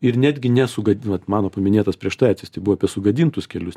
ir netgi nesugad vat mano paminėtas prieš tai atvejis tai buvo apie sugadintus kelius